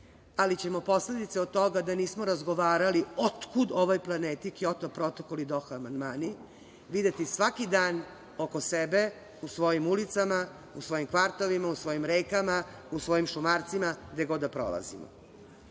ali ćemo posledice od toga da nismo razgovarali otkud ovoj planeti Kjoto protokol i Doha amandmani videti svaki dan oko sebe u svojim ulicama, u svojim kvartovima, u svojim rekama, u svojim šumarcima, gde god da prolazimo. Ako